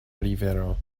rivero